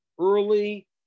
early